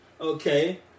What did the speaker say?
Okay